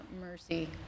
mercy